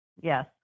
Yes